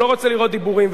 הוא לא רוצה לראות דיבורים.